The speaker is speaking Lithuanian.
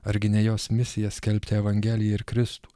argi ne jos misija skelbti evangeliją ir kristų